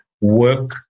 work